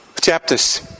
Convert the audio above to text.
chapters